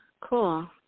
cool